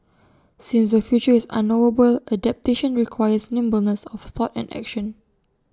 since the future is unknowable adaptation requires nimbleness of thought and action